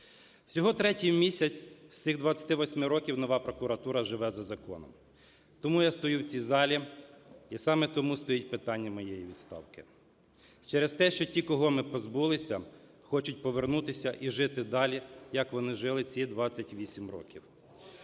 Всього третій місяць з цих 28 років нова прокуратура живе за законом. Тому я стою в цій залі і саме тому стоїть питання моєї відставки. Через те, що ті, кого ми позбулися, хочуть повернутися і жити далі, як вони жили ці 28 років.